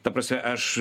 ta prasme aš